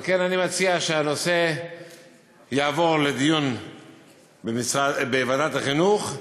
על כן אני מציע שהנושא יועבר לדיון בוועדת החינוך,